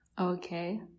Okay